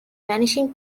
vanishing